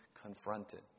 confronted